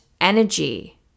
energy